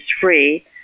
free